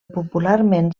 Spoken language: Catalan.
popularment